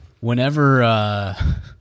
whenever